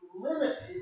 limited